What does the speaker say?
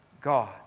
God